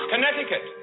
Connecticut